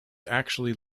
actually